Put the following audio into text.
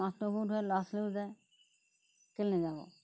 মাষ্টৰবোৰ ধৰে ল'ৰা ছোৱালী যায় কেলে নেযাব